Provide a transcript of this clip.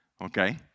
okay